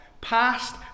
past